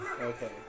Okay